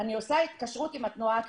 אני עושה התקשרות עם התנועה הקיבוצית.